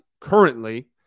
currently